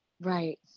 Right